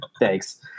Thanks